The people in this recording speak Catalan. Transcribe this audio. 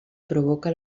provoca